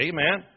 Amen